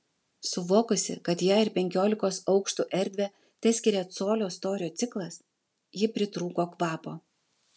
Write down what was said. suvokusi kad ją ir penkiolikos aukštų erdvę teskiria colio storio stiklas ji pritrūko kvapo